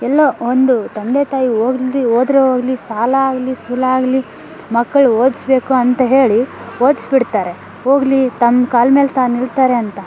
ಎಲ್ಲೋ ಒಂದು ತಂದೆ ತಾಯಿ ಹೋಗ್ಲಿ ಹೋದ್ರೆ ಹೋಗ್ಲಿ ಸಾಲ ಆಗಲಿ ಸೂಲ ಆಗಲಿ ಮಕ್ಕಳು ಓದಿಸ್ಬೇಕು ಅಂತ ಹೇಳಿ ಓದಿಸ್ಬಿಡ್ತಾರೆ ಹೋಗ್ಲಿ ತಮ್ಮ ಕಾಲ ಮೇಲೆ ತಾನು ನಿಲ್ತಾರೆ ಅಂತ